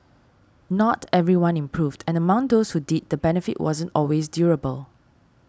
not everyone improved and among those who did the benefit wasn't always durable